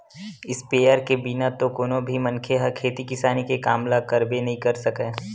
sprayer के बिना तो कोनो भी मनखे ह खेती किसानी के काम ल करबे नइ कर सकय